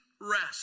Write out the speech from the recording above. rest